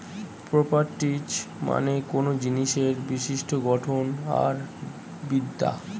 properties মানে কোনো জিনিসের বিশিষ্ট গঠন আর বিদ্যা